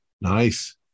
Nice